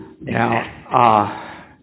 Now